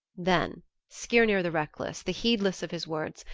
then skirnir the reckless, the heedless of his words,